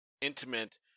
intimate